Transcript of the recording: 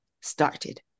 started